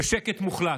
ושקט מוחלט.